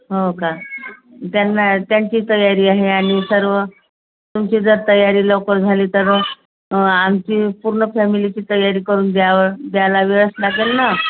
हो का त्यांना त्यांची तयारी आहे आणि सर्व तुमची जर तयारी लवकर झाली तर आमची पूर्ण फॅमिलीची तयारी करून द्यावं द्यायला वेळच लागेल ना